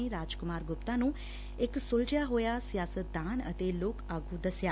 ਮੰਤਰੀ ਨੇ ਰਾਜ ਕੁਮਾਰ ਗੁਪਤਾ ਨੂੰ ਇਕ ਸੁਲਝਿਆ ਹੋਇਆ ਸਿਆਸਤਦਾਨ ਅਤੇ ਲੋਕ ਆਗੁ ਦਸਿਐ